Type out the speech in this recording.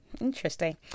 interesting